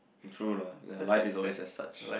true lah ya life is always as such